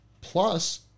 Plus